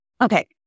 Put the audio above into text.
Okay